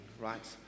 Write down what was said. right